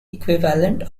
equivalent